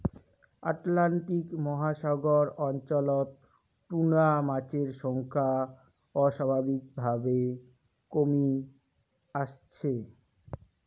Atlantic মহাসাগর অঞ্চলত tuna মাছের সংখ্যা অস্বাভাবিকভাবে কমি আসছে